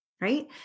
Right